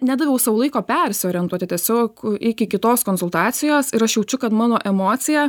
nedaviau sau laiko persiorientuoti tiesiog iki kitos konsultacijos ir aš jaučiu kad mano emocija